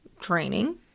training